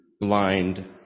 blind